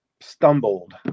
stumbled